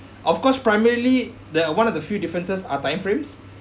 of course primarily the one of the few differences are time frames